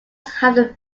having